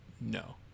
No